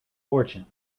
fortune